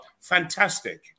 Fantastic